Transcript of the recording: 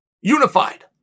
Unified